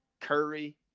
curry